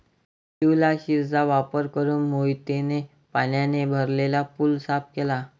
शिवलाशिरचा वापर करून मोहितने पाण्याने भरलेला पूल साफ केला